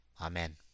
Amen